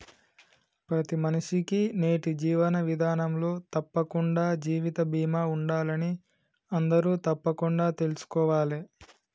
ప్రతి మనిషికీ నేటి జీవన విధానంలో తప్పకుండా జీవిత బీమా ఉండాలని అందరూ తప్పకుండా తెల్సుకోవాలే